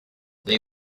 they